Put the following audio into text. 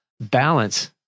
balance